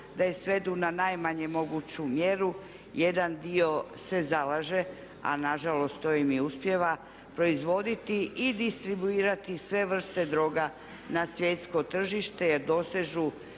da je svedu na najmanje moguću mjeru jedan dio se zalaže ali nažalost to im i uspijeva proizvoditi i distribuirati sve vrste droga na svjetsko tržište jer dosežu